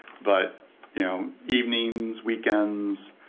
but you know evenings, weekends,